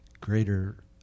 greater